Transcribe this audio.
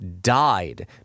died